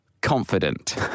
confident